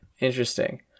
Interesting